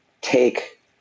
take